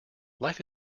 life